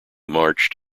marched